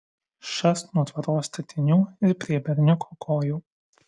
šast nuo tvoros statinių ir prie berniuko kojų